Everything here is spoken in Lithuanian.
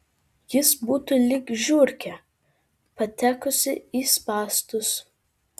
jis būtų lyg žiurkė patekusi į spąstus